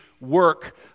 work